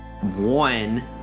one